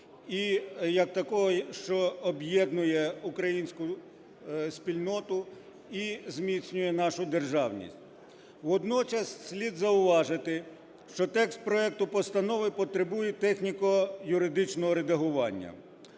і як такого, що об'єднує українську спільноту, і зміцнює нашу державність. Водночас слід зауважити, що текст проекту постанови потребує техніко-юридичного редагування.